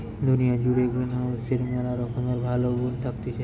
দুনিয়া জুড়ে গ্রিনহাউসের ম্যালা রকমের ভালো গুন্ থাকতিছে